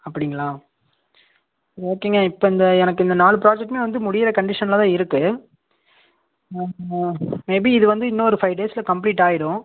அப்படிங்களா ஓகேங்க இப்போ இந்த எனக்கு இந்த நாலு ப்ராஜெக்ட்டுமே வந்து முடியுற கண்டிஷனில் தான் இருக்குது மேம் ம மேபி இது வந்து இன்னும் ஒரு ஃபைவ் டேஸில் கம்ப்ளீட் ஆயிடும்